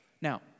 Now